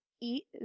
eat